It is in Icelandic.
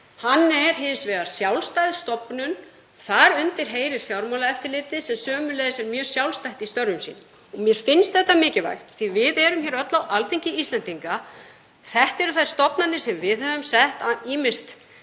Hann er hins vegar sjálfstæð stofnun. Undir Seðlabankann heyrir Fjármálaeftirlitið sem sömuleiðis er mjög sjálfstætt í störfum sínum. Mér finnst þetta mikilvægt því að við erum öll á Alþingi Íslendinga og þetta eru þær stofnanir sem við höfum sett á,